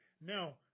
no